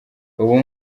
ubu